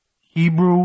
Hebrew